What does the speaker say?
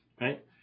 right